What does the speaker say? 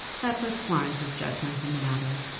that was florence's judgment in the matter.